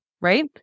Right